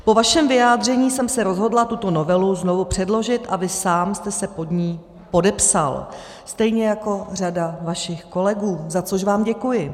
Po vašem vyjádření jsem se rozhodla tuto novelu znovu předložit a vy sám jste se pod ni podepsal, stejně jako řada vašich kolegů, za což vám děkuji.